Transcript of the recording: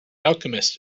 alchemist